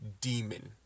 Demon